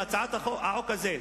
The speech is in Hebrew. בהצעת החוק הזאת,